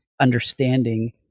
understanding